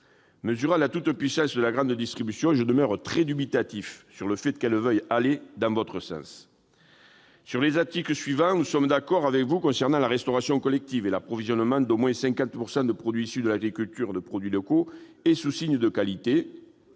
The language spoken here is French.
Mesurant la toute-puissance de la grande distribution, je demeure très dubitatif sur le fait qu'elle veuille aller dans votre sens. Sur les articles suivants, nous sommes d'accord avec vous concernant la restauration collective et l'approvisionnement à hauteur d'au moins 50 % de produits issus de l'agriculture de produits locaux ou sous signe de qualité.